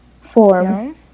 form